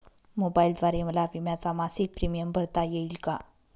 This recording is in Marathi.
मोबाईलद्वारे मला विम्याचा मासिक प्रीमियम भरता येईल का?